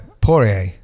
Poirier